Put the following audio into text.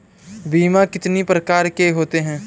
बीमा कितनी प्रकार के होते हैं?